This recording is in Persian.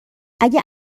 اگه